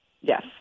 Yes